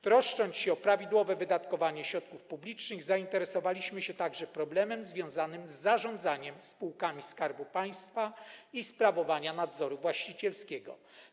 Troszcząc się o prawidłowe wydatkowanie środków publicznych, zainteresowaliśmy się także problemem związanym z zarządzaniem spółkami Skarbu Państwa i ze sprawowaniem nadzoru właścicielskiego.